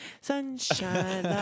sunshine